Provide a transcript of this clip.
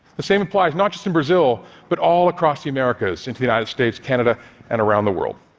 the same applies not just in brazil but all across the americas, into the united states, canada and around the world.